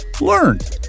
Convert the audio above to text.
learned